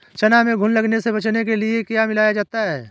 चना में घुन लगने से बचाने के लिए क्या मिलाया जाता है?